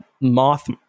Moth